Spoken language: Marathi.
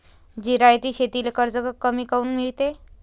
जिरायती शेतीले कर्ज कमी काऊन मिळते?